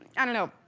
i don't know,